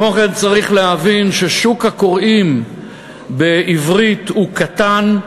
כמו כן, צריך להבין ששוק הקוראים בעברית קטן,